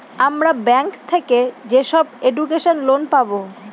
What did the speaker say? আমরা ব্যাঙ্ক থেকে যেসব এডুকেশন লোন পাবো